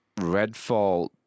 redfall